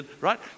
right